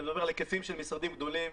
אני מדבר על היקפים של משרדים גדולים,